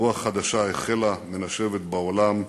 רוח חדשה החלה מנשבת בעולם,